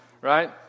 right